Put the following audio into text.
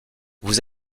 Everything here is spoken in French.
vous